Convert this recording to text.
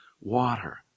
water